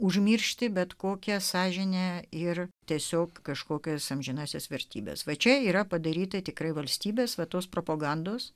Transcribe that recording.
užmiršti bet kokią sąžinę ir tiesiog kažkokias amžinąsias vertybes va čia yra padaryta tikrai valstybės va tos propagandos